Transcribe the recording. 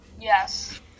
Yes